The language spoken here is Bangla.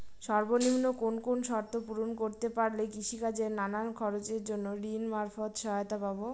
সর্বনিম্ন কোন কোন শর্ত পূরণ করতে পারলে কৃষিকাজের নানান খরচের জন্য ঋণ মারফত সহায়তা পাব?